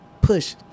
push